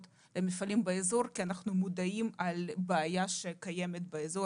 למפעלים באזור כי אנחנו מודעים לבעיה שקיימת באזור,